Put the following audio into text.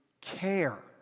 care